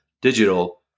digital